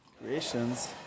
creations